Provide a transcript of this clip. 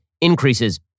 increases